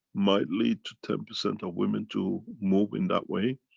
might lead to ten percent of women to move in that way.